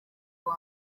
wawe